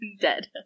dead